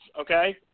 Okay